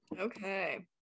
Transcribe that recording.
okay